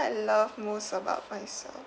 love most about myself